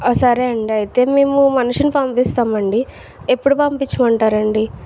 ఆ సరే అండి అయితే మేము మనిషిని పంపిస్తామండి ఎప్పుడు పంపించమంటారండి